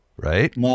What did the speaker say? Right